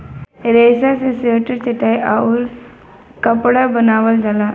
रेसा से स्वेटर चटाई आउउर कपड़ा बनावल जाला